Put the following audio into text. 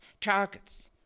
targets